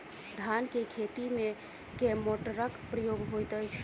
धान केँ खेती मे केँ मोटरक प्रयोग होइत अछि?